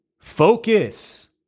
Focus